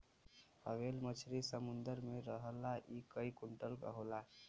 whale मछरी समुंदर में रहला इ कई कुंटल क होला